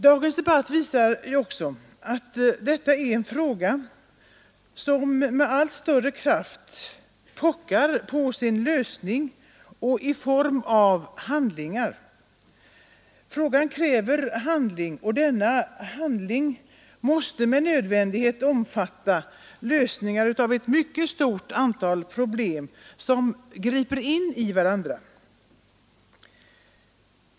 Dagens debatt visar också att detta är en fråga som med allt större kraft pockar på sin lösning och en lösning i form av handling. Här krävs ett handlande som med nödvändighet måste omfatta lösningar av ett mycket stort antal problem som griper in i varandra.